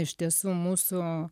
iš tiesų mūsų